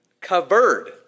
Covered